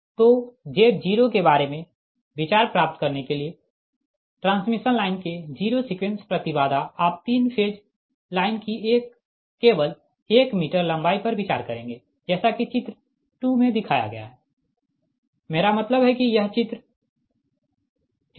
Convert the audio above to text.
तो Z0 के बारे में विचार प्राप्त करने के लिए ट्रांसमिशन लाइन के 0 सीक्वेंस प्रति बाधा आप तीन फेज लाइन की केवल एक मीटर लंबाई पर विचार करेंगे जैसा कि चित्र 2 में दिखाया गया है मेरा मतलब है कि यह चित्र ठीक है